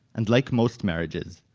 and like most marriages,